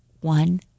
one